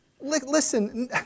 Listen